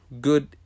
good